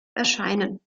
erscheinen